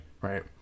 right